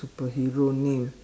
superhero name